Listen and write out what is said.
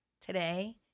Today